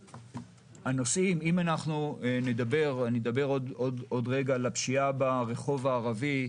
עוד רגע אדבר על הפשיעה ברחוב הערבי.